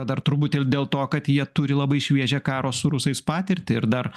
dar turbūt ir dėl to kad jie turi labai šviežią karo su rusais patirtį ir dar